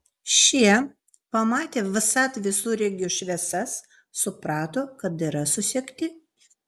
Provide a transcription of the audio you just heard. šie pamatę vsat visureigių šviesas suprato kad yra susekti